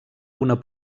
una